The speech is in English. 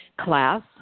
class